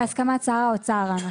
בהסכמת שר האוצר.